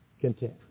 content